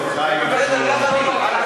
בסדר, גם אני.